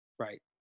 Right